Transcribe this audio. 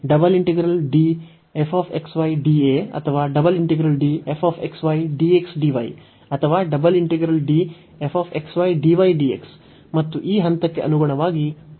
ಮತ್ತು ಈ ಹಂತಕ್ಕೆ ಅನುಗುಣವಾಗಿ ಪ್ರತಿ ಉಪ ಪ್ರದೇಶದಲ್ಲಿ ಒಂದು ಬಿಂದು x j y j ಇದೆ